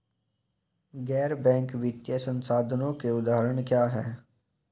गैर बैंक वित्तीय संस्थानों के उदाहरण क्या हैं?